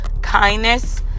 kindness